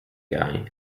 guy